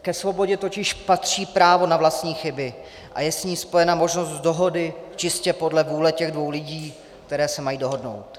Ke svobodě totiž patří právo na vlastní chyby a je s ní spojena možnost dohody čistě podle vůle těch dvou lidí, kteří se mají dohodnout.